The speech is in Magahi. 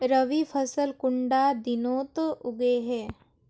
रवि फसल कुंडा दिनोत उगैहे?